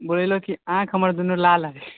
बोलयलूँ की आँखि हमर दुनू लाल